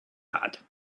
had